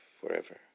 forever